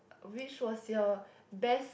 which was your best